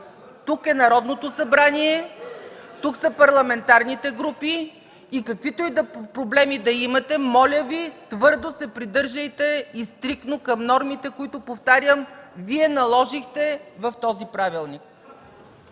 тук е Народното събрание. Тук са парламентарните групи и каквито и проблеми да имате, моля Ви, твърдо се придържайте, и стриктно, към нормите, които – повтарям, Вие наложихте в този Правилник.